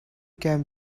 can